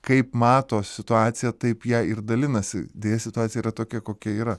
kaip mato situaciją taip ja ir dalinasi deja situacija yra tokia kokia yra